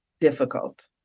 difficult